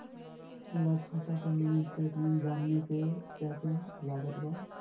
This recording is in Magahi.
हमरा खाता के मिनी स्टेटमेंट जानने के क्या क्या लागत बा?